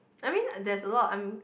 I mean there's a lot I'm